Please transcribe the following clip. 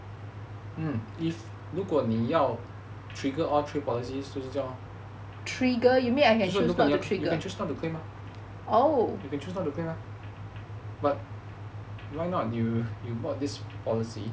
mm if 如果你要 trigger all three policies 就这样 lor so 如果你 you can choose not to claim mah but why not you bought this policy